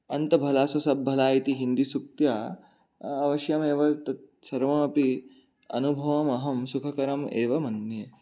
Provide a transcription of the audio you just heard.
अन्त भला सो सब् भला इति हिन्दीसूक्त्या अवश्यमेव तत् सर्वमपि अनुभवम् अहं सुखकरमेव मन्ये